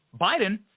Biden